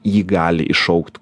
jį gali iššaukt